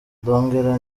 ndongera